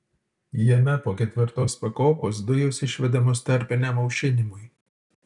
jame po ketvirtos pakopos dujos išvedamos tarpiniam aušinimui